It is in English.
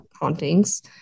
hauntings